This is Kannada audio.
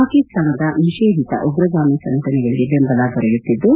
ಪಾಕಿಸ್ತಾನದ ನಿಷೇಧಿತ ಉಗ್ರಗಾಮಿ ಸಂಘಟನೆಗಳಿಗೆ ಬೆಂಬಲ ದೊರೆಯುತ್ತಿದ್ದು